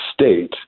state